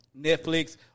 Netflix